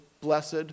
blessed